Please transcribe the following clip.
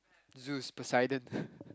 Zeus Poseidon